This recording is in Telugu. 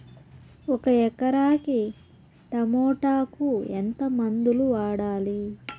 ఒక ఎకరాకి టమోటా కు ఎంత మందులు వాడాలి?